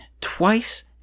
twice